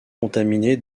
contaminé